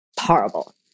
horrible